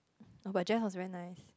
no but Jess was very nice